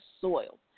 soil